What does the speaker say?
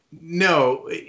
no